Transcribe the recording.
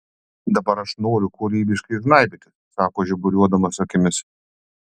dabar aš noriu kūrybiškai žnaibytis sako žiburiuodamas akimis